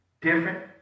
different